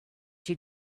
she